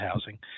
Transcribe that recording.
housing